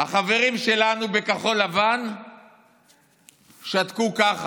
החברים שלנו בכחול לבן שתקו ככה.